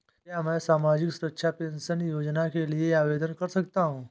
क्या मैं सामाजिक सुरक्षा पेंशन योजना के लिए आवेदन कर सकता हूँ?